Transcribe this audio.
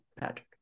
Patrick